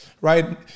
right